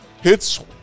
hits